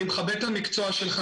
אני מכבד את המקצוע שלך.